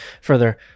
Further